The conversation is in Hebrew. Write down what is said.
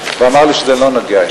והוא אמר לי שזה לא נוגע,